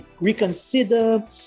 reconsider